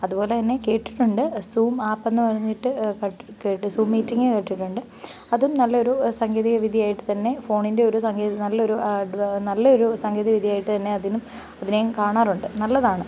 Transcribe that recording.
അതുപോലെത്തന്നെ കേട്ടിട്ടുണ്ട് സൂം ആപ്പെന്ന് പറഞ്ഞിട്ട് സൂം മീറ്റിംഗ് കേട്ടിട്ടുണ്ട് അതും നല്ല ഒരു സാങ്കേതികവിദ്യയായിട്ട് തന്നെ ഫോണിൻ്റെ ഒരു നല്ലയൊരു നല്ലയൊരു സാങ്കേതികവിദ്യയായിട്ട് തന്നെ അതിനും അതിനെയും കാണാറുണ്ട് നല്ലതാണ്